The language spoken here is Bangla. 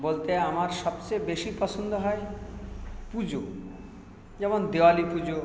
বলতে আমার সবচেয়ে বেশি পছন্দ হয় পুজো যেমন দেওয়ালি পুজো